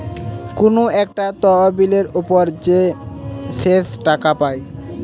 কুনু একটা তহবিলের উপর যে শেষ টাকা পায়